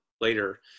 later